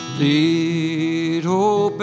little